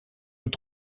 nous